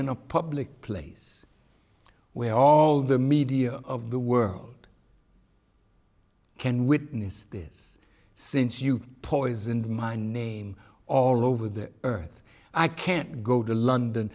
in a public place where all the media of the world can witness this since you've poisoned my name all over the earth i can't go to london